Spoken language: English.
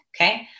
okay